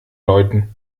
läuten